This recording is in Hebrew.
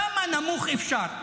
כמה נמוך אפשר.